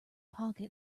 pocket